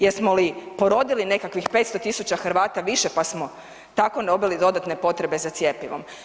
Jesmo li porodili nekakvih 500 000 Hrvata više pa smo tako dobili dodatne potrebe za cjepivom?